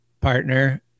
partner